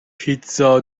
پیتزا